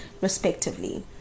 respectively